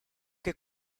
que